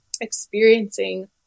experiencing